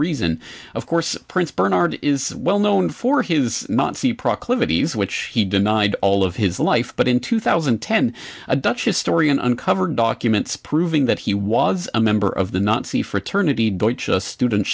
reason of course prince bernard is well known for his monthly proclivities which he denied all of his life but in two thousand and ten a dutch historian uncovered documents proving that he was a member of the nazi fraternity deutsch a student